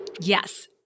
Yes